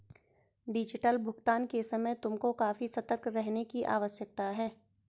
digital भुगतान के समय तुमको काफी सतर्क रहने की आवश्यकता है